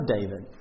David